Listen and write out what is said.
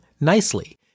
nicely